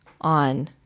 on